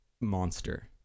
monster